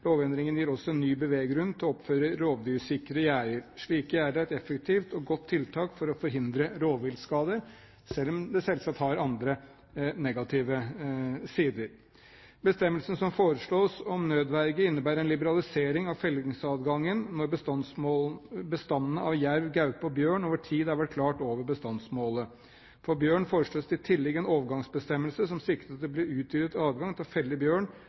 Lovendringen gir også ny beveggrunn til å oppføre rovdyrsikre gjerder. Slike gjerder er et effektivt og godt tiltak for å forhindre rovviltskade, selv om det selvsagt har andre negative sider. Bestemmelsen som foreslås om nødverge, innebærer en liberalisering av fellingsadgangen når bestanden av jerv, gaupe og bjørn over tid har vært klart over bestandsmålet. For bjørn foreslås det i tillegg en overgangsbestemmelse som sikrer utvidet adgang til å felle bjørn første gangen bestandsmålet nås. Siden bestanden av